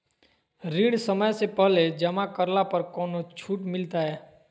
ऋण समय से पहले जमा करला पर कौनो छुट मिलतैय?